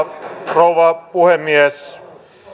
rouva puhemies